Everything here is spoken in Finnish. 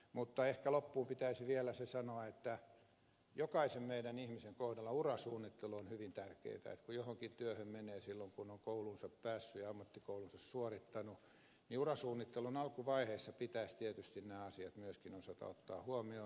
mutta ehkä loppuun pitäisi vielä se sanoa että jokaisen meidän ihmisen kohdalla urasuunnittelu on hyvin tärkeätä että kun johonkin työhön menee silloin kun on koulusta päässyt ja ammattikoulunsa suorittanut niin urasuunnittelun alkuvaiheessa pitäisi tietysti nämä asiat myöskin osata ottaa huomioon